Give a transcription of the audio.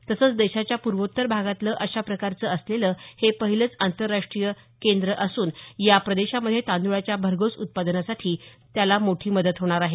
तसंच देशाच्या पूर्वोत्तर भागातलं अशा प्रकारचं असलेलं हे पहिलचं आंतरराष्ट्रीय केंद्रामुळं या प्रदेशामध्ये तांदळाच्या भरघोस उत्पादनासाठी मोठी मदत होणार आहे